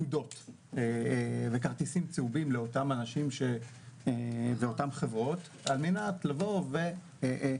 נקודות וכרטיסים צהובים לאותם אנשים ולאותן חברות על מנת להזהיר אותן.